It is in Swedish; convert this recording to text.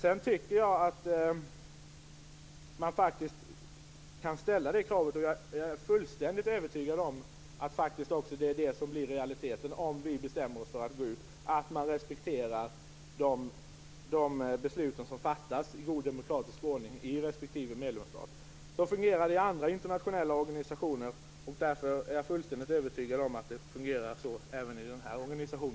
Jag tycker att vi kan ställa kravet att man respekterar de beslut som fattas i god demokratisk ordning i respektive medlemsstat. Jag är fullständigt övertygad om att det också blir realiteten, om vi bestämmer oss för att gå ut. Så fungerar det i andra internationella organisationer, och jag är helt övertygad om att det fungerar så även i denna organisation.